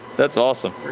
that's awesome.